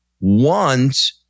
want